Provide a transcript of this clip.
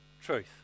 truth